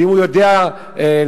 ואם הוא יודע להיבחן